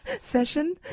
session